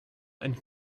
and